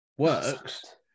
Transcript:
works